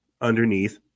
underneath